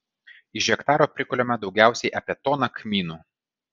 iš hektaro prikuliama daugiausiai apie toną kmynų